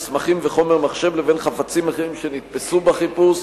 מסמכים וחומר מחשב לבין חפצים אחרים שנתפסו בחיפוש,